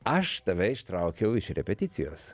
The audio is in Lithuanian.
aš tave ištraukiau iš repeticijos